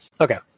Okay